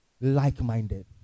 like-minded